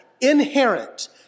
inherent